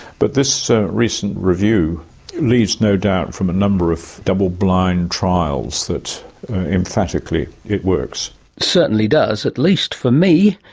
but this so recent review leaves no doubt from a number of double-blind trials that emphatically it works. it certainly does, at least for me,